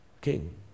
king